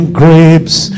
grapes